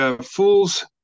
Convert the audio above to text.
Fool's